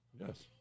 Yes